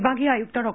विभागीय आयुक्त डॉ